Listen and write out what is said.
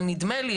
אבל נדמה לי,